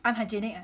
unhygienic